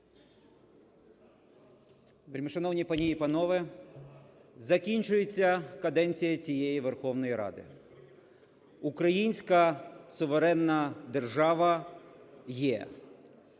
Вельмишановні пані і панове! Закінчується каденція цієї Верховної Ради. Українська суверенна держава є.